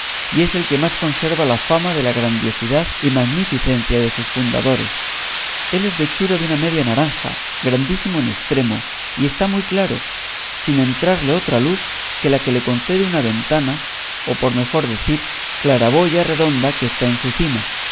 y es el que más conserva la fama de la grandiosidad y magnificencia de sus fundadores él es de hechura de una media naranja grandísimo en estremo y está muy claro sin entrarle otra luz que la que le concede una ventana o por mejor decir claraboya redonda que está en su cima